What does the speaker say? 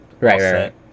Right